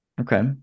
Okay